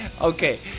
Okay